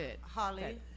Holly